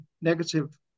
negative